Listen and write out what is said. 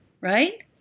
right